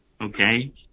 Okay